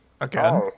Again